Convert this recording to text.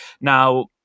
Now